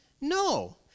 No